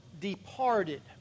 departed